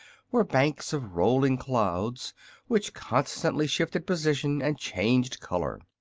were banks of rolling clouds which constantly shifted position and changed color.